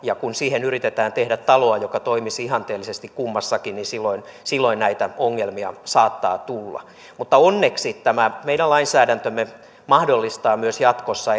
ja kun siihen yritetään tehdä taloa joka toimisi ihanteellisesti kummassakin niin silloin silloin näitä ongelmia saattaa tulla mutta onneksi tämä meidän lainsäädäntömme mahdollistaa myös jatkossa